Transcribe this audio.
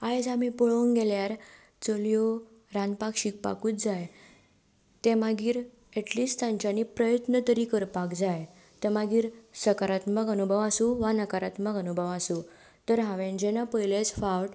आयज आमी पळोवंक गेल्यार चलयो रांदपाक शिकपाकूत जाय ते मागीर एटलिस्ट तांच्यांनी प्रयत्न तरी करपाक जाय ते मागीर सकारात्मक अनुभव आसूं वा नकारात्मक अनुभव आसूं तर हांवे जेन्ना पयलेच फावट